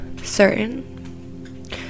certain